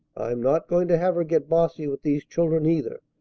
i'm not going to have her get bossy with these children, either.